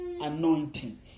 anointing